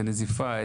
איזה נזיפה?